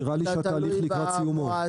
נראה לי שהתהליך לקראת סיומו.